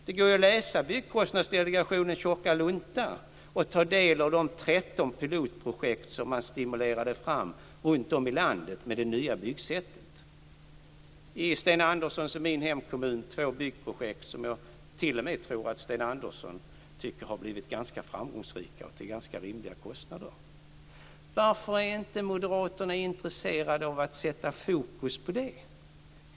Det går ju att läsa Byggkostnadsdelegationens tjocka lunta och ta del av de 13 pilotprojekt som man stimulerade fram runtom i landet med det nya byggsättet. I Sten Anderssons och min hemkommun var det två byggprojekt som jag t.o.m. tror att Sten Andersson tycker har blivit ganska framgångsrika, och det till ganska rimliga kostnader. Varför är inte moderaterna intresserade av att sätta fokus på det?